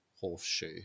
horseshoe